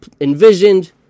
envisioned